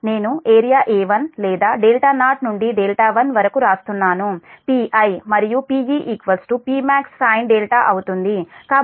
నేను area A1 లేదా δ0 నుండి δ1 వరకు వ్రాస్తున్నాను Pi మరియు Pe Pmax sin అవుతుంది